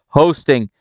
hosting